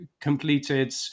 completed